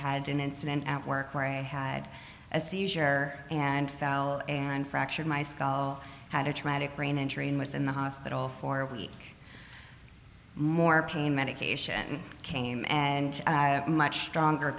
had an incident at work where i had a seizure and fell and fractured my skull had a traumatic brain injury and was in the hospital for a week more pain medication came and much stronger